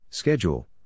Schedule